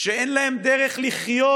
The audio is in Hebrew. שאין להם דרך לחיות